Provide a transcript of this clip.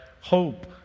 hope